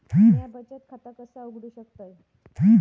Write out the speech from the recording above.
म्या बचत खाता कसा उघडू शकतय?